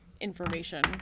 information